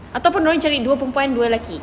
ataupun dorang cari dua perempuan dua lelaki